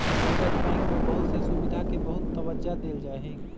बचत बैंक में बहुत से सुविधा के बहुत तबज्जा देयल जाहई